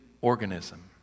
organism